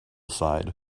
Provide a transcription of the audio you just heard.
side